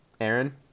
Aaron